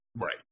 Right